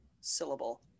syllable